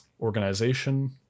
organization